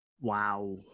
Wow